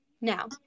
Now